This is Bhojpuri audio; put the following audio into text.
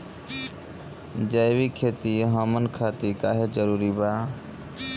जैविक खेती हमन खातिर काहे जरूरी बा?